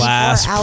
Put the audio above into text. last